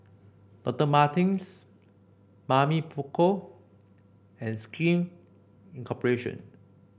Doctor Martens Mamy Poko and Skin Cooperation